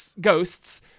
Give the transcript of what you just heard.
ghosts